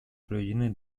проведены